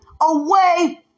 away